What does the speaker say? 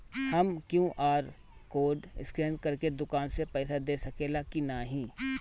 हम QR code scan करके दुकान में पईसा दे सकेला की नाहीं?